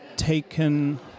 taken